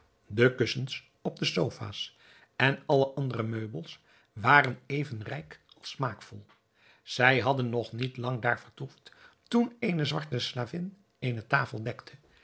de kussens op de sofa's en alle andere meubels waren even rijk als smaakvol zij hadden nog niet lang daar vertoefd toen eene zwarte slavin eene tafel dekte